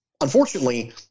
Unfortunately